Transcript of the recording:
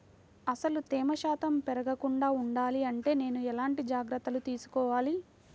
అసలు తేమ శాతం పెరగకుండా వుండాలి అంటే నేను ఎలాంటి జాగ్రత్తలు తీసుకోవాలి?